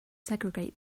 segregate